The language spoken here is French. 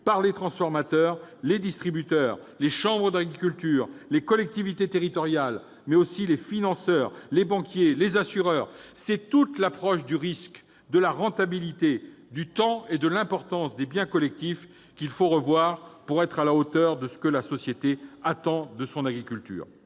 par les transformateurs et les distributeurs, les chambres d'agriculture, les collectivités territoriales, ainsi que par les financeurs, les banquiers et les assureurs. C'est toute l'approche du risque, de la rentabilité, du temps et de l'importance des biens collectifs qu'il faut revoir pour être à la hauteur de ce que la société attend de son agriculture.